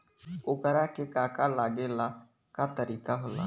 ओकरा के का का लागे ला का तरीका होला?